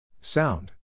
Sound